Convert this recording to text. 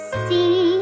see